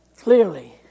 Clearly